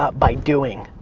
ah by doing.